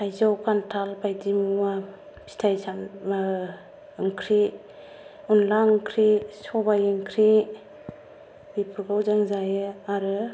थाइजौ खान्थाल बायदि मुवा फिथाइ सामथाइ ओंख्रि अनद्ला ओंख्रि सबाइ ओंख्रि बेफोरखौ जों जायो आरो